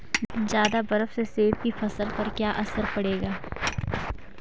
ज़्यादा बर्फ से सेब की फसल पर क्या असर पड़ेगा?